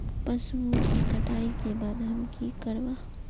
पशुओं के कटाई के बाद हम की करवा?